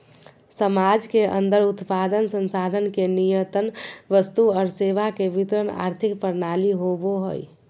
समाज के अन्दर उत्पादन, संसाधन के नियतन वस्तु और सेवा के वितरण आर्थिक प्रणाली होवो हइ